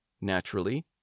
Naturally